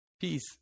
Peace